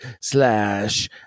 slash